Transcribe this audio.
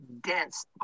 dense